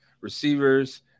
receivers